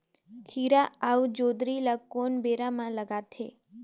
खीरा अउ जोंदरी ल कोन बेरा म कमाथे?